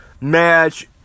match